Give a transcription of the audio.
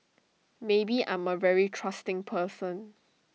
maybe I'm A very trusting person